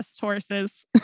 Horses